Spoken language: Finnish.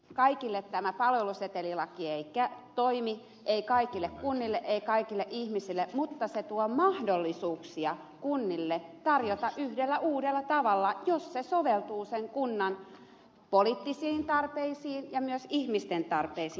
kaikille tämä palvelusetelilaki ei toimi ei kaikille kunnille ei kaikille ihmisille mutta se tuo mahdollisuuksia kunnille tarjota palveluja yhdellä uudella tavalla jos se soveltuu sen kunnan poliittisiin tarpeisiin ja myös ihmisten tarpeisiin